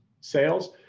sales